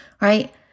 right